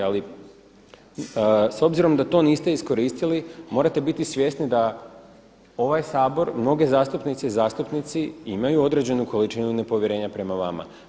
Ali s obzirom da to niste iskoristili morate biti svjesni da ovaj Sabor mnoge zastupnice i zastupnici imaju određenu količinu nepovjerenja prema vama.